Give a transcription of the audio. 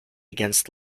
against